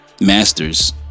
masters